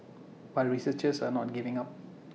but researchers are not giving up